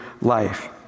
life